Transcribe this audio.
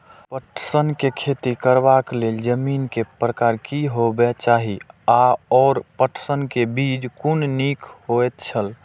पटसन के खेती करबाक लेल जमीन के प्रकार की होबेय चाही आओर पटसन के बीज कुन निक होऐत छल?